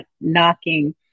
knocking